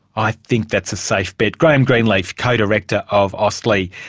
i think that's a safe bet. graham greenleaf, co-director of austlii.